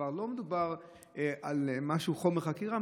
כבר לא מדובר על משהו כמו חומר חקירה,